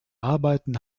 arbeiten